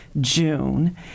june